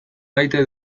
maite